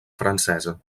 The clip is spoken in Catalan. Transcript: francesa